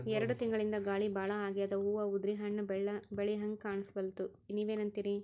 ಎರೆಡ್ ತಿಂಗಳಿಂದ ಗಾಳಿ ಭಾಳ ಆಗ್ಯಾದ, ಹೂವ ಉದ್ರಿ ಹಣ್ಣ ಬೆಳಿಹಂಗ ಕಾಣಸ್ವಲ್ತು, ನೀವೆನಂತಿರಿ?